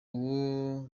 uwo